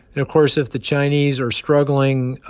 of course, if the chinese are struggling